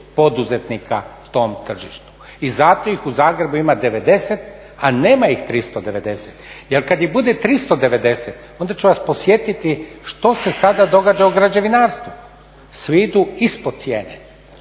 poduzetnika tom tržištu. I zato ih u Zagrebu ima 90, a nema ih 390 jer kad ih bude 390, onda ću vas podsjetiti što se sada događa u građevinarstvu. Svi idu ispod cijene,